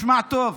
תשמע טוב,